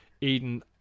Eden